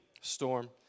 storm